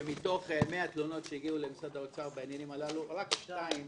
שמתוך 100 תלונות שהגיעו למשרד האוצר בעניינים הללו רק שתיים